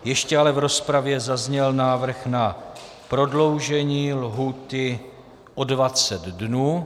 Ještě ale v rozpravě zazněl návrh na prodloužení lhůty o 20 dnů.